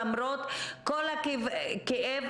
למרות כל הכאב.